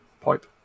pipe